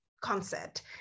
concept